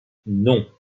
non